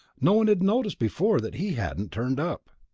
no one had noticed before that he hadn't turned up.